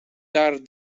tar